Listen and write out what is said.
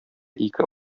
ике